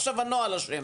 עכשיו הנוהל אשם.